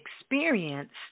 experienced